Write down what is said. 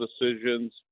decisions